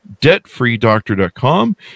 debtfreedoctor.com